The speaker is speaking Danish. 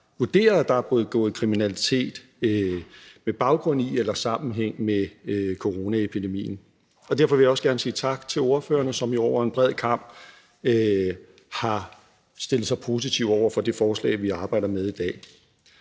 vurderet, at der er blevet begået kriminalitet med baggrund i eller sammenhæng med coronaepidemien. Derfor vil jeg også gerne sige tak til ordførerne, som jo over en bred kam har stillet sig positive over for det forslag, vi arbejder med i dag.